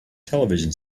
television